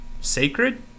Sacred